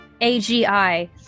A-G-I